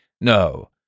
No